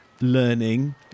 Learning